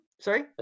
Sorry